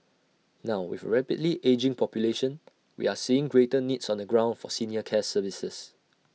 now with A rapidly ageing population we are seeing greater needs on the ground for senior care services